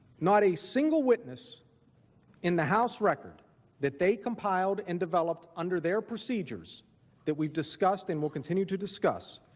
not a single witness in the house record that they compiled in developed under their procedures that we discussed and will continue to discuss